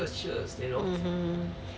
mmhmm